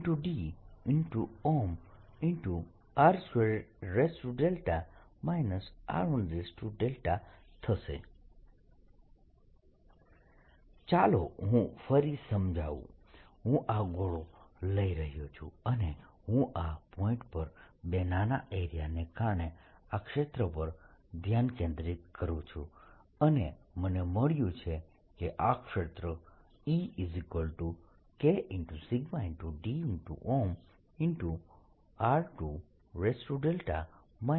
E∝1r2 δ δ0 Eσ d r22r22 δ σ d r12r12 δkk σ d ચાલો હું ફરી સમજાવું હું આ ગોળો લઈ રહ્યો છું અને હું આ પોઇન્ટ પર બે નાના એરિયાને કારણે આ ક્ષેત્ર પર ધ્યાન કેન્દ્રિત કરું છું અને મને મળ્યું કે આ ક્ષેત્ર Ek σ d છે